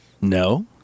No